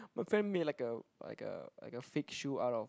my friend made like a like a like a fake shoe out of